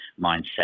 mindset